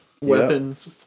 Weapons